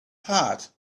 heart